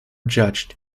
judged